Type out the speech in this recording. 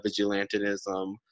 vigilantism